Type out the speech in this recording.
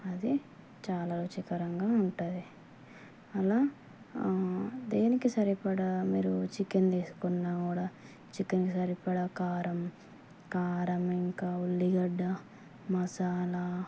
అది చాలా రుచికరంగా ఉంటుంది అలా దేనికి సరిపడ మీరు చికెన్ తీసుకున్నా కూడా చికెన్కి సరిపడ కారం కారం ఇంకా ఉల్లిగడ్డ మసాలా